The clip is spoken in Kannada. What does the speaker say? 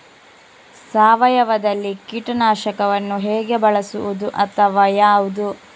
ಸಾವಯವದಲ್ಲಿ ಕೀಟನಾಶಕವನ್ನು ಹೇಗೆ ಬಳಸುವುದು ಅಥವಾ ಯಾವುದು?